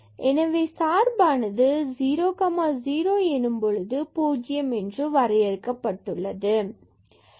எனவே சார்பானது 00 பூஜ்யம் என்று வரையறுக்கப்பட்டுள்ளது fxyxyxy≥0 0elsewhere